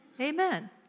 Amen